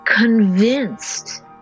convinced